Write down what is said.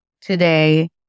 today